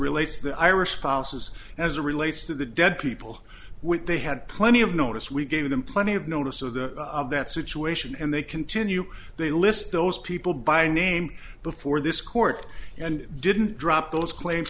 relates to the ira spouses as a relates to the dead people when they had plenty of notice we gave them plenty of notice of that situation and they continue they list those people by name before this court and didn't drop those claims